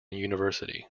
university